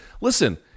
Listen